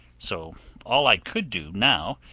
so all i could do now,